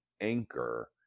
anchor